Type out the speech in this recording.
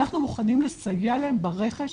אנחנו מוכנים לסייע להם ברכש,